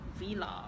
vlog